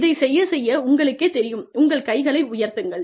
இதைச் செய்யச் செய்ய உங்களுக்கே தெரியும் உங்கள் கைகளை உயர்த்துங்கள்